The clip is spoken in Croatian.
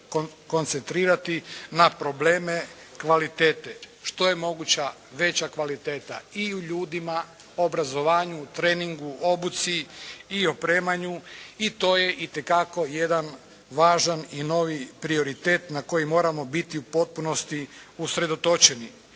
koncentrirati na probleme kvalitete. Što je moguća veća kvaliteta i u ljudima, obrazovanju, treningu, obuci i opremanju i to je itekako jedan važan i novi prioritet na koji moramo biti u potpunosti usredotočeni.